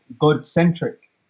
God-centric